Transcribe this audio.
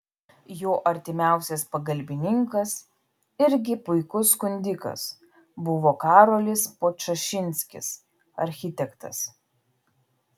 jo artimiausias pagalbininkas irgi puikus skundikas buvo karolis podčašinskis architektas